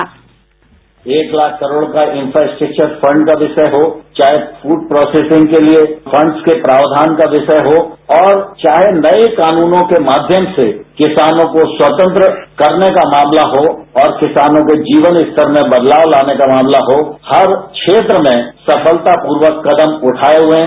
bite Narendra Singh Tomar एक लाख करोड़ का infrastructure fund का विषय हो चाहे फूड प्रोसेसिंग के लिए फंड्स के प्रावधान का विषय हो और चाहे नए कानूनों के माध्यम से किसानों को स्वतंत्र करने का मामला हो और किसानों के जीवन स्तर में बदलाव लाने का मामला हो हर क्षेत्र में सफलतापूर्वक कदम उठाए हुए हैं